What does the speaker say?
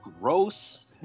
gross